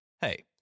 hey